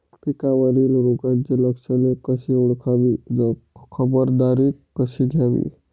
पिकावरील रोगाची लक्षणे कशी ओळखावी, खबरदारी कशी घ्यावी?